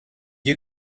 you